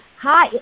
Hi